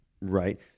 right